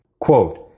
Quote